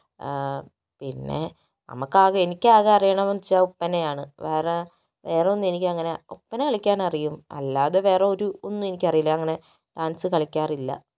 പിന്നെ നമുക്കാകെ എനിക്കാകെ അറിയണതെന്ന് വെച്ച ഒപ്പനയാണ് വേറെ വേറൊന്നും എനിക്കങ്ങനെ ഒപ്പന കളിക്കാനറിയും അല്ലാതെ വേറെ ഒരു ഒന്നും എനിക്കറിയില്ല അങ്ങനെ ഡാൻസ് കളിക്കാറില്ല